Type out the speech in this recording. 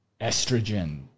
estrogen